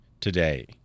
today